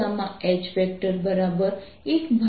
તેથી Hinside M હશે અને Houtside0 હશે